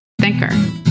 Thinker